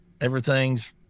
everything's